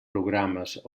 programes